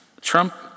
Trump